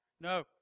No